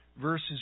verses